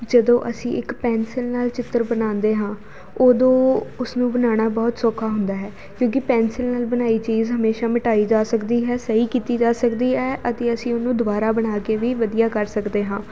ਜਦੋਂ ਅਸੀਂ ਇੱਕ ਪੈਨਸਿਲ ਨਾਲ ਚਿੱਤਰ ਬਣਾਉਂਦੇ ਹਾਂ ਉਦੋਂ ਉਸਨੂੰ ਬਣਾਉਣਾ ਬਹੁਤ ਸੌਖਾ ਹੁੰਦਾ ਹੈ ਕਿਉਂਕਿ ਪੈਨਸਿਲ ਨਾਲ ਬਣਾਈ ਚੀਜ਼ ਹਮੇਸ਼ਾਂ ਮਿਟਾਈ ਜਾ ਸਕਦੀ ਹੈ ਸਹੀ ਕੀਤੀ ਜਾ ਸਕਦੀ ਹੈ ਅਤੇ ਅਸੀਂ ਉਹਨੂੰ ਦੁਬਾਰਾ ਬਣਾ ਕੇ ਵੀ ਵਧੀਆ ਕਰ ਸਕਦੇ ਹਾਂ